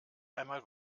einmal